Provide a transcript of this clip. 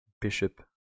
bishop